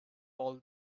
all